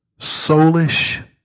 soulish